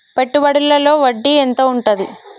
పెట్టుబడుల లో వడ్డీ ఎంత ఉంటది?